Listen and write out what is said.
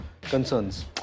concerns